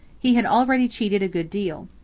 he had already cheated a good deal.